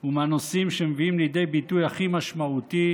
הוא מהנושאים שמביאים לידי ביטוי הכי משמעותי